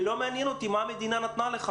ולא מעניין אותי מה המדינה נתנה לך,